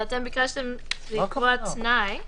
אבל אתם ביקשתם לקבוע תנאי.